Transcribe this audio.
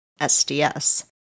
SDS